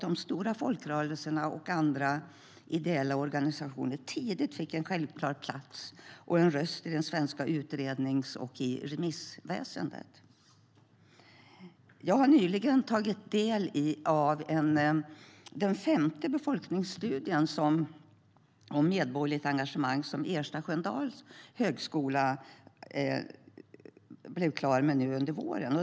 De stora folkrörelserna och andra ideella organisationer fick tidigt en självklar plats och en röst i det svenska utrednings och remissväsendet. Jag har nyligen tagit del av den femte befolkningsstudien om medborgerligt engagemang som Ersta Sköndal högskola blev klar med nu under våren.